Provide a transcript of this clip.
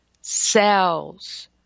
cells